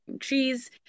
cheese